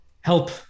help